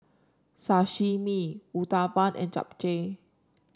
Sashimi Uthapam and Japchae